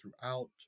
throughout